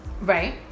right